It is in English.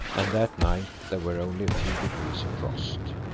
and that night there were only a few degrees of frost.